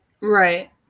Right